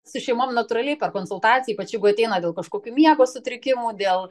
su šeimom natūraliai per konsultaciją ypač jeigu ateina dėl kažkokių miego sutrikimų dėl